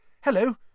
Hello